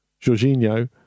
Jorginho